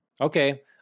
okay